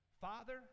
Father